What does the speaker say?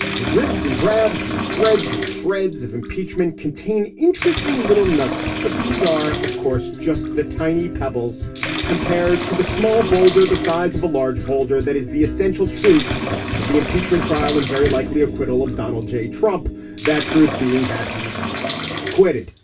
the dribs and drabs and threads and shreds of impeachment contain interesting little nuggets, but these are, of course, just the tiny pebbles compared to the small boulder the size of a large boulder. that is the essential truth of the impeachment trial and very likely acquittal of donald j. trump that truth being that he's likely to be acquitted.